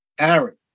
Aaron